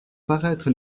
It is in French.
paraître